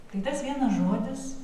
tai tas vienas žodis